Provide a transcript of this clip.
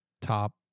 top